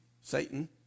Satan